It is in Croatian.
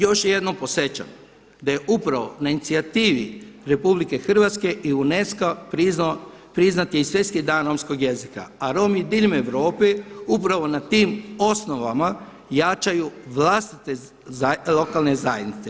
Još jednom podsjećam da je upravo na inicijativi RH i UNESCO-a priznat je i Svjetski dan romskog jezika a Romi diljem Europe upravo na tim osnovama jačaju vlastite lokalne zajednice.